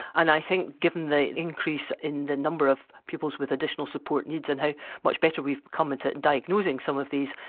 and i think given the increase in the number of pupils with additional support needs and how much better we've come at diagnosing some of these,